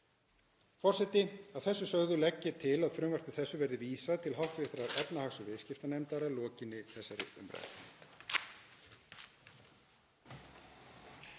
forseti. Að þessu sögðu legg ég til að frumvarpi þessu verði vísað til hv. efnahags- og viðskiptanefndar að lokinni þessari umræðu.